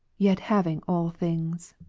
yet having all things.